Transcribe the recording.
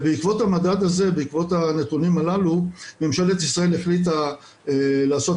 בעקבות הנתונים הללו ממשלת ישראל החליטה לעשות